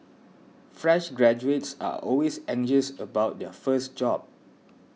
fresh graduates are always anxious about their first job